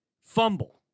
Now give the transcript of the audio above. Fumble